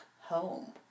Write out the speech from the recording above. home